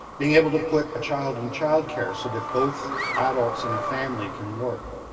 being able to put a child in child care so that both adults in a family can work,